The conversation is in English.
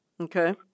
Okay